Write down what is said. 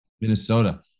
Minnesota